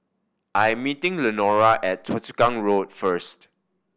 I am meeting Lenora at Choa Chu Kang Road first